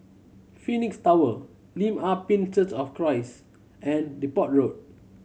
Phoenix Tower Lim Ah Pin Church of Christ and Depot Road